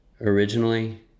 originally